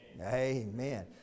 Amen